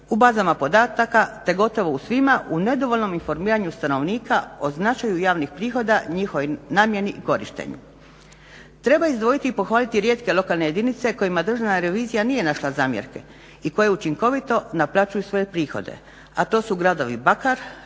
u bazama podataka, te gotovo u svima u nedovoljnom informiranju stanovnika o značaju javnih prihoda, njihovoj namjeni i korištenju. Treba izdvojiti i pohvaliti rijetke lokalne jedinice kojima Državna revizija nije našla zamjerke i koja učinkovito naplaćuje svoje prihode, a to su gradovi Bakar, Čakovec